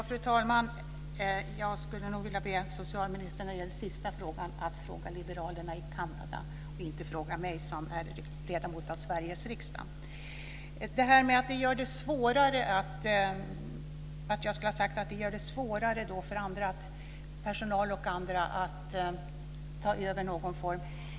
Fru talman! Jag skulle nog när det gäller den sista frågan vilja be socialministern att fråga liberalerna i Kanada och inte mig som är ledamot av Sveriges riksdag. Sedan till det här som jag skulle ha sagt om att det blir svårare för personal och andra att ta över i någon form.